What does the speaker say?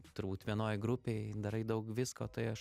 turbūt vienoj grupėj darai daug visko tai aš